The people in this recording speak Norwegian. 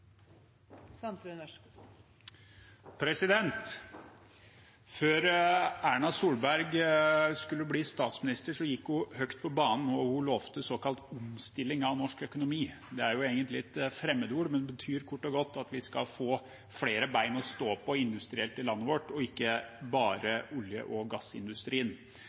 rassikring. Før Erna Solberg skulle bli statsminister, gikk hun høyt på banen og lovet såkalt omstilling av norsk økonomi. Det er egentlig et fremmedord, men betyr kort og godt at vi industrielt skal få flere bein å stå på i landet vårt, ikke bare olje- og gassindustrien.